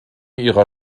ihrer